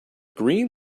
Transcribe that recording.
green